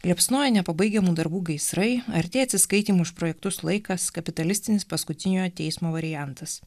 liepsnoja nepabaigiamų darbų gaisrai artėja atsiskaitymų už projektus laikas kapitalistinis paskutiniojo teismo variantas